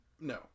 No